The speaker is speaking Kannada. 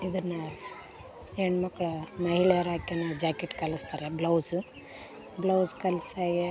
ಇದನ್ನ ಹೆಣ್ಮಕ್ಕಳು ಮಹಿಳೆಯರು ಹಾಕೊಳೋದ್ ಜಾಕೆಟ್ ಕಲಿಸ್ತಾರೆ ಬ್ಲೌಸ್ ಬ್ಲೌಸ್ ಕಲ್ತಾಗಿ